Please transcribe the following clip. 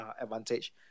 advantage